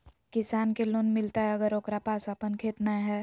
किसान के लोन मिलताय अगर ओकरा पास अपन खेत नय है?